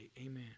Amen